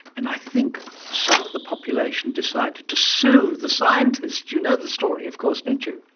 and i think some of the population decided to sue the scientists. you know the story of course, don't you?